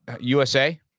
USA